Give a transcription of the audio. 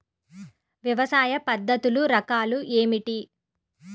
వ్యవసాయ పద్ధతులు రకాలు ఏమిటి?